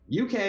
uk